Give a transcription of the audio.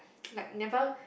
like never